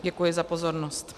Děkuji za pozornost.